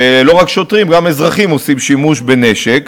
שלא רק שוטרים אלא גם אזרחים עושים שימוש בנשק,